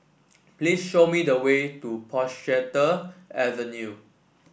please show me the way to Portchester Avenue